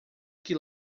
que